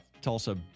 Tulsa